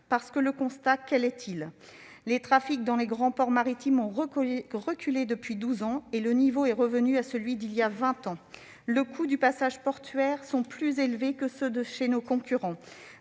Quel est le constat ? Les trafics dans les grands ports maritimes ont reculé depuis douze ans ; le niveau est revenu à celui d'il y a vingt ans. Les coûts de passage portuaire sont plus élevés que ceux de nos concurrents.